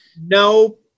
No